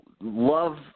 Love